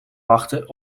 wachten